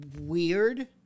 weird